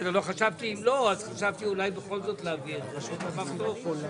אנחנו עכשיו מצביעים.